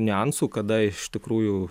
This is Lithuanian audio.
niuansų kada iš tikrųjų